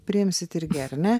priimsite irgi ar ne